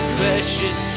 precious